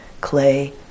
clay